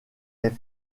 est